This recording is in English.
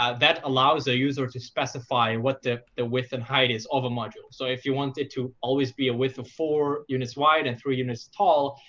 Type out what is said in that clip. ah that allows a user to specify what the the width and height is of a module. so if you want it to always be a width of four units wide and three units tall,